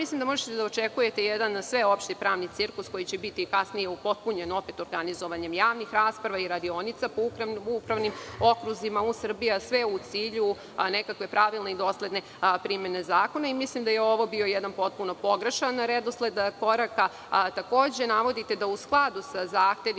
mislim da možete da očekujete jedan sveopšti pravni cirkus koji će biti kasnije upotpunjen organizovanjem javnih rasprava i radionica u upravnim okruzima u Srbiji, a sve u cilju nekakve pravilne i dosledne primene zakona. Mislim da je ovo jedan potpuno pogrešan redosled koraka. Takođe navodite da u skladu sa zahtevima